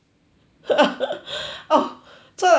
oh 错了错了错了